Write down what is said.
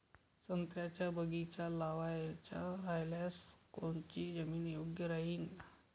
संत्र्याचा बगीचा लावायचा रायल्यास कोनची जमीन योग्य राहीन?